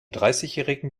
dreißigjährigen